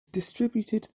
distributed